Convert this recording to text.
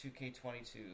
2K22